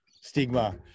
stigma